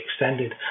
extended